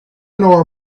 nor